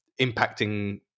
impacting